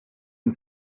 and